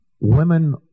women